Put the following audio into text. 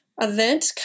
event